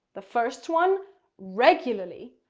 the first one regularly.